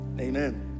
Amen